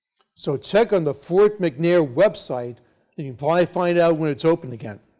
so check on the fort mcnair website and you might find out when it is open again.